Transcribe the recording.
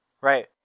Right